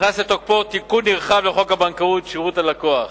נכנס לתוקפו תיקון נרחב לחוק הבנקאות (שירות ללקוח)